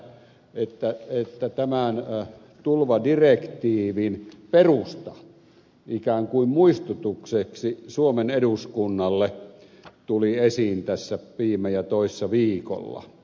tässähän kävi sillä tavalla että tämän tulvadirektiivin perusta ikään kuin muistutukseksi suomen eduskunnalle tuli esiin tässä viime ja toissa viikolla